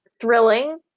thrilling